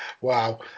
Wow